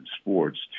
sports